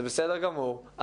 זה בסדר גמור,